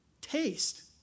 taste